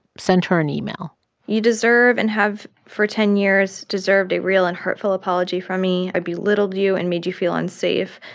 sent her an email you deserve, and have for ten years deserved, a real and heartfelt apology from me. i belittled you and made you feel unsafe.